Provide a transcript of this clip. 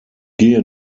gehe